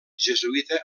jesuïta